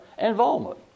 involvement